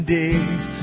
days